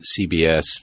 CBS